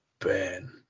Ben